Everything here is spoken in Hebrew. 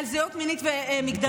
זהות מינית ומגדרית,